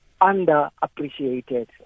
underappreciated